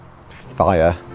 fire